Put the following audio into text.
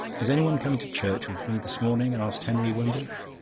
is anyone coming to church with me this morning? asked henry wimbush.